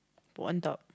put on top